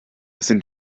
sind